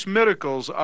miracles